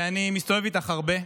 ואני מסתובב איתך הרבה,